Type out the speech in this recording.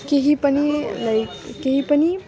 केही पनि लाइक केही पनि